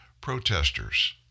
protesters